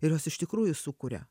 ir jos iš tikrųjų sukuria